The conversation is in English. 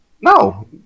No